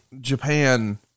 Japan